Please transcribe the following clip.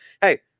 hey